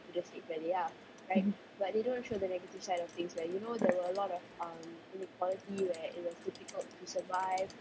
mmhmm right